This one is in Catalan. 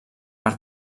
per